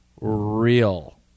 real